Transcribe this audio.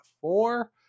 four